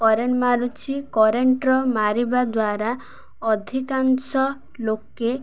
current ମାରୁଛି କରେଣ୍ଟର ମାରିବା ଦ୍ୱାରା ଅଧିକାଂଶ ଲୋକେ